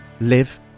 live